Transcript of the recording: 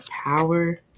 power